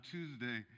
Tuesday